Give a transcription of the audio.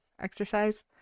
exercise